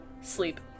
Sleep